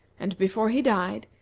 and before he died,